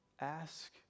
Ask